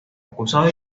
acusado